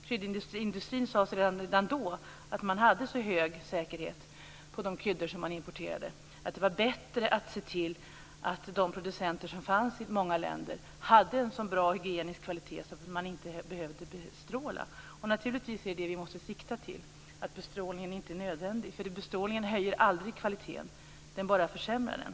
Från kryddindustrin sades det redan då att säkerheten var så hög på importerade kryddor att det var bättre att se till att producenterna i många länder hade en så bra hygienisk kvalitet att bestrålning inte behövdes. Naturligtvis måste vi sikta till det. Bestrålning är inte nödvändig och den höjer aldrig kvaliteten, utan den bara försämrar kvaliteten.